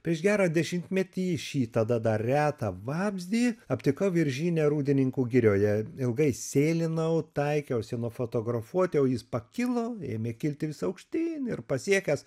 prieš gerą dešimtmetį šį tada dar retą vabzdį aptikau viržyne rūdininkų girioje ilgai sėlinau taikiausi nufotografuoti o jis pakilo ėmė kilti vis aukštyn ir pasiekęs